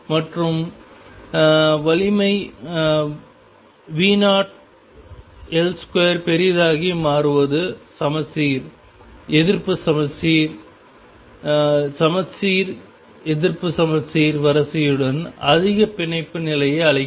மற்றும் வலிமை V0L2 பெரிதாக மாறுவது சமச்சீர் எதிர்ப்பு சமச்சீர் சமச்சீர் எதிர்ப்பு சமச்சீர் வரிசையுடன் அதிக பிணைப்பு நிலையை அளிக்கிறது